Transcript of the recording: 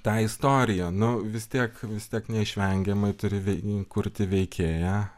ta istorija nu vis tiek vis tiek neišvengiamai turi vei kurti veikėją